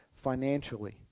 financially